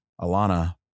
Alana